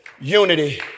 unity